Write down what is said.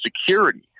security